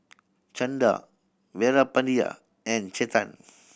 Chanda Veerapandiya and Chetan